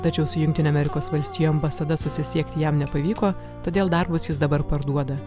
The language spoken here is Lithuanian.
tačiau su jungtinių amerikos valstijų ambasada susisiekti jam nepavyko todėl darbus jis dabar parduoda